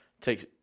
Take